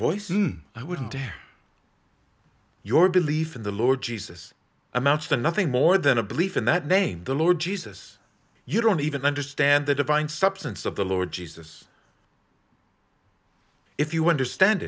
when i wouldn't doubt your belief in the lord jesus amounts to nothing more than a belief in that name the lord jesus you don't even understand the divine substance of the lord jesus if you understand